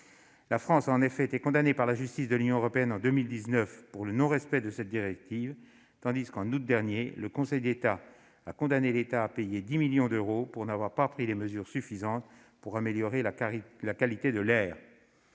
la France a en effet été condamnée par la Cour de justice de l'Union européenne pour le non-respect de cette directive, tandis que, en août dernier, le Conseil d'État a condamné l'État à payer 10 millions d'euros pour n'avoir pas pris les mesures suffisantes en vue d'améliorer la qualité de l'air.